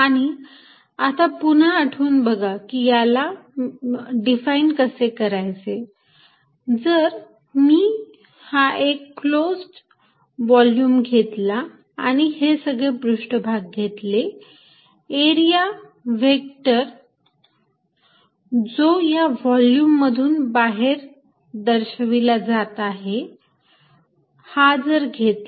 आणि आता पुन्हा आठवून बघा की याला डिफाइन कसे करायचे जर मी हा एक क्लोज व्हॉल्युम घेतला आणि हे सगळे पृष्ठभाग घेतले एरिया व्हेक्टर जो या व्हॉल्युम मधून बाहेर दर्शविला जात आहे हा जर घेतला